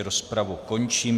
Rozpravu končím.